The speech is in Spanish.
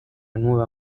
nueva